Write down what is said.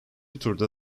turda